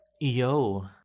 Yo